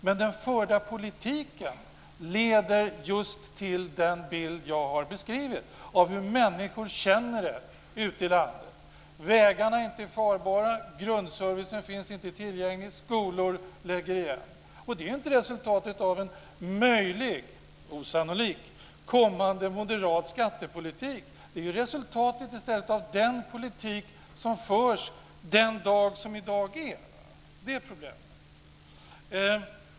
Men den förda politiken leder just till den bild jag har beskrivit av hur människor känner det ute i landet. Vägarna är inte farbara, grundservicen finns inte tillgänglig och skolor stängs. Det är inte ett resultat av en möjlig, osannolik, kommande moderat skattepolitik. Det är i stället resultatet av den politik som förs den dag som i dag är. Det är problemet.